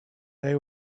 day